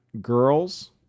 girls